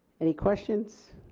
any questions,